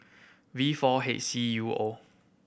V four H C U O